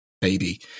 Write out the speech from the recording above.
baby